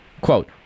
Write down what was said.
Quote